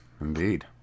Indeed